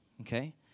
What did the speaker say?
Okay